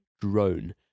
drone